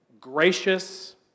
Gracious